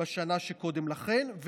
שקודם לכן.